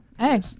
hey